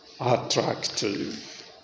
attractive